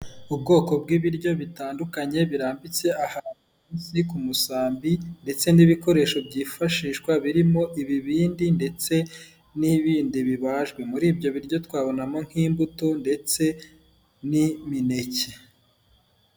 Ubwoko bw'ibiryo bitandukanye birambitse aha ku musambi ndetse n'ibikoresho byifashishwa birimo ibibindi ndetse n'ibindi bibajwe muri ibyo biryo twabonamo nk'imbuto ndetse n'imineke.